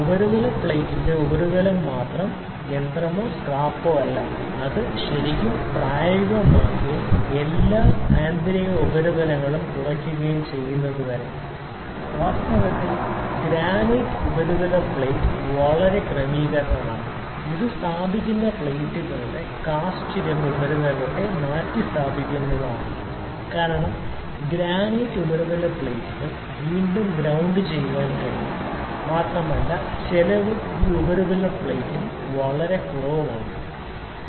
ഉപരിതല പ്ലേറ്റിന്റെ ഉപരിതലത്തിന്റെ യഥാർത്ഥ തലം യന്ത്രമോ സ്ക്രാപ്പോ അല്ല അത് ശരിക്കും പ്രായമാകുകയും എല്ലാ ആന്തരിക ഉപരിതലങ്ങളും കുറയുകയും ചെയ്യും വരെ വാസ്തവത്തിൽ ഗ്രാനൈറ്റ് ഉപരിതല പ്ലേറ്റ് വളരെ നല്ല ക്രമീകരണമാണ് ഇത് സ്ഥാപിക്കുന്ന പ്ലേറ്റുകളുടെ കാസ്റ്റ് ഇരുമ്പ് ഉപരിതലത്തെ മാറ്റിസ്ഥാപിക്കുന്നതാണ് കാരണം ഗ്രാനൈറ്റ് ഉപരിതല പ്ലേറ്റുകൾ വീണ്ടും വീണ്ടും ഗ്രൌണ്ട് ചെയ്യാൻ കഴിയും മാത്രമല്ല ചെലവ് ഈ ഉപരിതല പ്ലേറ്റിൽ കുറവാണ് ഉപരിതലം കഠിനമാണ്